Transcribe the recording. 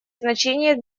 значение